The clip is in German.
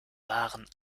waren